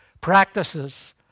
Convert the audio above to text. Practices